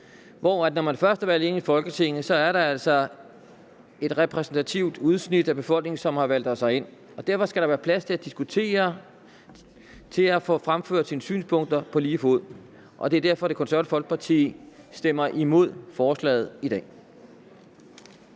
når man først er valgt ind i Folketinget, er et repræsentativt udsnit af befolkningen, som har valgt os herind. Derfor skal der være plads til at diskutere og fremføre sine synspunkter på lige fod. Det er derfor, at Det Konservative Folkeparti stemmer imod forslaget i dag.